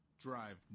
drive